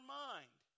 mind